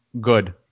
good